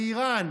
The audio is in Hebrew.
לאיראן,